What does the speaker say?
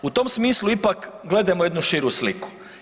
U tom smislu ipak gledamo jednu širu sliku.